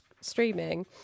streaming